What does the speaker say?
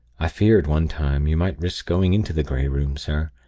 i feared, one time, you might risk going into the grey room, sir.